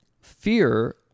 fear